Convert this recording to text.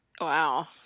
Wow